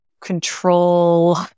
control